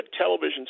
television